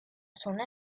zona